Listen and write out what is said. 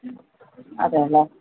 അതെ അല്ലെ